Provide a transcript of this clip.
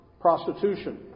prostitution